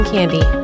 Candy